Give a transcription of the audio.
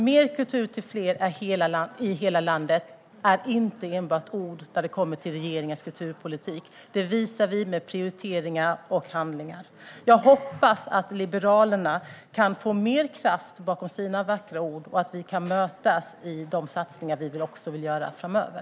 Mer kultur till fler i hela landet är inte enbart ord i regeringens kulturpolitik. Det visar vi med våra prioriteringar och handlingar. Jag hoppas att Liberalerna kan få mer kraft bakom sina vackra ord och att vi kan mötas i de satsningar som vi vill göra framöver.